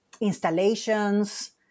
installations